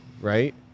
right